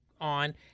on